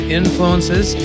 influences